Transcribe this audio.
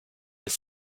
mais